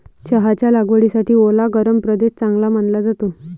चहाच्या लागवडीसाठी ओला गरम प्रदेश चांगला मानला जातो